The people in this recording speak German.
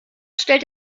stellt